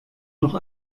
noch